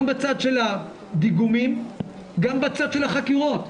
גם בצד של הדיגומים גם בצד של החקירות.